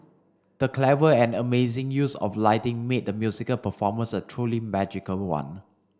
the clever and amazing use of lighting made the musical performance a truly magical one